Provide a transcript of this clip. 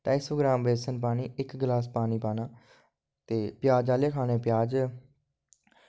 ढाई सौ ग्राम बेसन पानी ते इक गलास पानी पाना ते प्याज आह्ले खाने ते प्याज